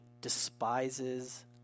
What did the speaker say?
despises